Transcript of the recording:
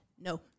No